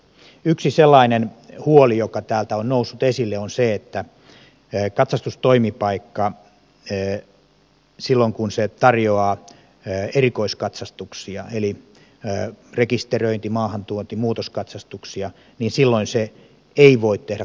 yksi sellainen huoli joka täältä on noussut esille on se että silloin kun katsastustoimipaikka tarjoaa erikoiskatsastuksia eli rekisteröinti maahantuonti muutoskatsastuksia se ei voi tehdä korjaustoimintaa